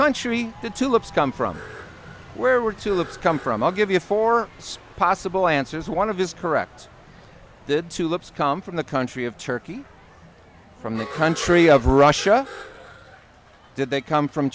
country the tulips come from where we're tulips come from i'll give you four possible answers one of his correct did tulips come from the country of turkey from the country of russia did they come from